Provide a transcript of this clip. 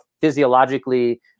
physiologically